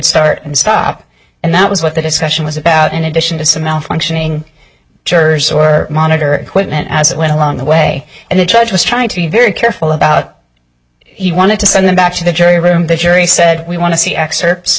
start and stop and that was what the discussion was about in addition to some malfunctioning jurors or monitor equipment as it went along the way and the judge was trying to be very careful about he wanted to send them back to the jury room the jury said we want to see excerpts